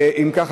אם כך,